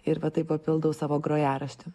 ir taip papildau savo grojaraštį